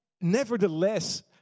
nevertheless